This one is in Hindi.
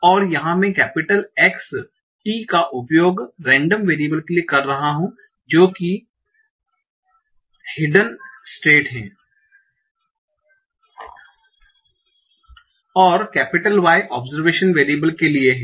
तो यहाँ मैं कैपिटल X t का उपयोग रेंडम वेरियबल के लिए कर रहा हूँ जो कि हिडन स्टेट है और कैपिटल Y ऑबसर्वेशन वेरियबल के लिए है